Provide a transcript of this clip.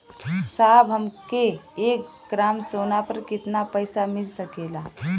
साहब हमके एक ग्रामसोना पर कितना पइसा मिल सकेला?